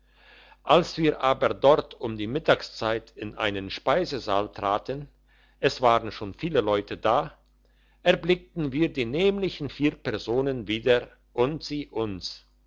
als wir aber dort um die mittagszeit in einen speisesaal traten es waren schon viele leute da erblickten wir die nämlichen vier personen wieder und sie uns